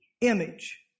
image